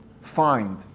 Find